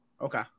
Okay